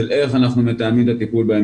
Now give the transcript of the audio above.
של איך אנחנו מתאמים את הטיפול בהם,